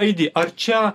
aidi ar čia